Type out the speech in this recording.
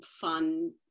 fun